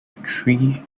three